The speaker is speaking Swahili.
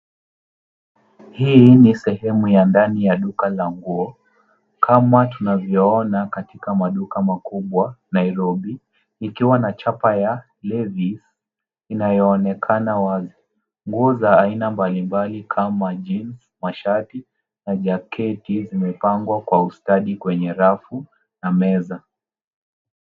Hii ni sehemu ya ndani ya duka la nguo. Kama tunavyoona katika maduka makubwa Nairobi, ikiwa na chapa ya Levi, inayoonekana wazi. Nguo za aina mbalimbali kama jeans , mashati na jaketi zimepangwa kwa ustadi kwenye rafu na meza.